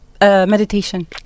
meditation